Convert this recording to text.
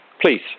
Please